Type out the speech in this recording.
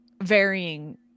varying